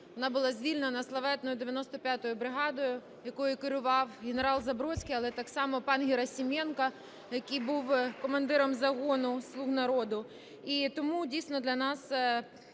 воно було звільнено славетною 95 бригадою, якою керував генерал Забродський, але так само пан Герасименко, який був командиром загону з "слуг народу".